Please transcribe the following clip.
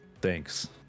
Thanks